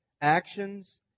actions